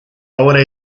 ahora